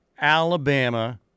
Alabama